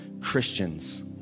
Christians